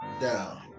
down